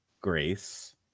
grace